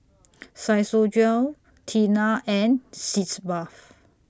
Tena and Sitz Bath